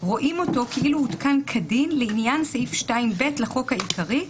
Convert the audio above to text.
רואים אותו כאילו הותקן כדין לעניין סעיף 2(ב) לחוק העיקרי,